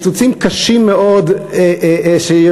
קיצוצים קשים מאוד שיורדים,